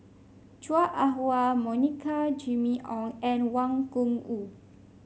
Chua Ah Huwa Monica Jimmy Ong and Wang Gungwu